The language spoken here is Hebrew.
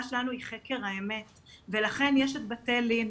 שלנו היא חקר האמת ולכן יש את בתי לין,